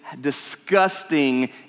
disgusting